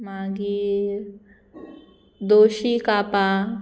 मागीर दोशी कापां